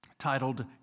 titled